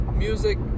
music